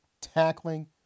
tackling